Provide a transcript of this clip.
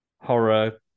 horror